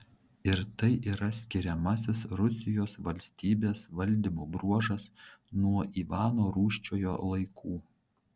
ir tai yra skiriamasis rusijos valstybės valdymo bruožas nuo ivano rūsčiojo laikų